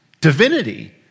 divinity